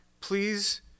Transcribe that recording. please